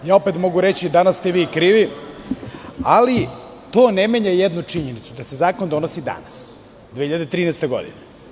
Opet mogu reći – danas ste vi krivi, ali to ne menja jednu činjenicu, da se zakon donosi danas 2013. godine.